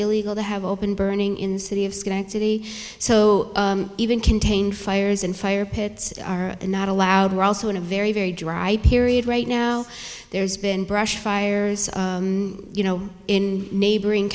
illegal to have open burning in the city of schenectady so even contained fires and fire pits are not allowed we're also in a very very dry period right now there's been brush fires you know in neighboring